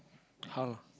how